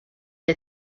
the